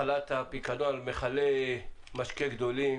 החלת הפיקדון על מכלי משקה גדולים